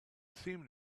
seemed